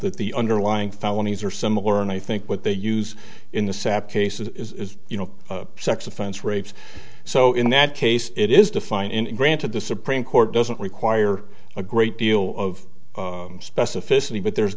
that the underlying felonies are similar and i think what they use in the sap case is you know sex offense rapes so in that case it is defined in a grant to the supreme court doesn't require a great deal of specificity but there's